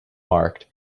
marked